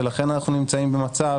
ולכן אנחנו נמצאים במצב